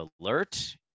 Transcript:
alert